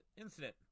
incident